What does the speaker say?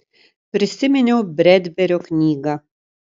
prisiminiau bredberio knygą